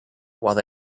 while